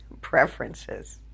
preferences